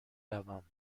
روم